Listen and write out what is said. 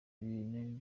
ibintu